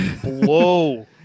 blow